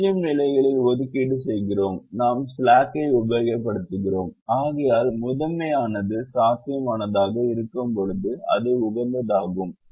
0 நிலைகளில் ஒதுக்கீடு செய்கிறோம் நாம் ஸ்லாக்கை உபயோகிக்கிறோம் ஆகையால் முதன்மையானது சாத்தியமானதாக இருக்கும்போது அது உகந்ததாகும்